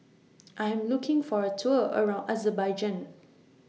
I Am looking For A Tour around Azerbaijan